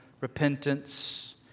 repentance